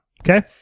Okay